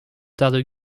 tarde